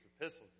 epistles